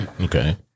Okay